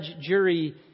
jury